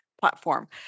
platform